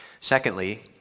Secondly